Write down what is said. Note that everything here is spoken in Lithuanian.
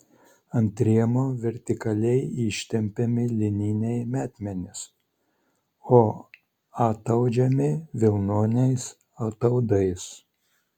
ant rėmo vertikaliai ištempiami lininiai metmenys o ataudžiami vilnoniais ataudais